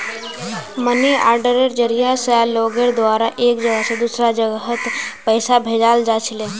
money आर्डरेर जरिया स लोगेर द्वारा एक जगह स दूसरा जगहत पैसा भेजाल जा छिले